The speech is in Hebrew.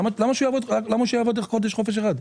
למה שיהיה רק בחודש אחד של חופש?